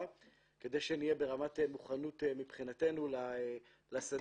כדי שנהיה ברמת מוכנות מבחינתנו לשדה.